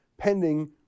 pending